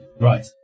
Right